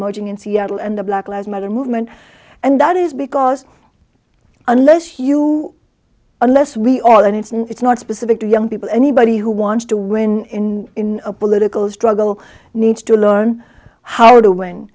emerging in seattle and the black lab matter movement and that is because unless you unless we all and it's and it's not specific to young people anybody who wants to win in a political struggle needs to learn how